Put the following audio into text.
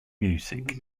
music